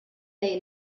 they